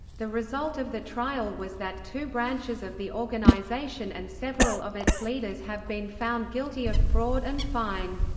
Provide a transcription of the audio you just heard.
the result of the trial was that two branches of the organization and several of its leaders have been found guilty of fraud and fined.